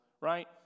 right